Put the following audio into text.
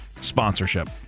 sponsorship